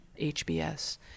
HBS